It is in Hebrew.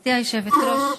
גברתי היושבת-ראש,